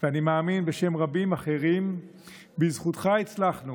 ואני מאמין בשם רבים אחרים שבזכותך הצלחנו